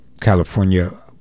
California